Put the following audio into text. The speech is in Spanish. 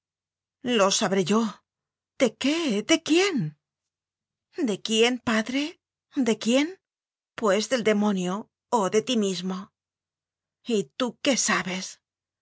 lo sabré yo de qué de quién de quién padre de quién pues deivde monio o de ti mismo y tú qué sabes